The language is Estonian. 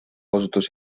osutus